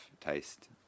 taste